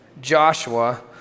Joshua